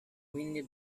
windy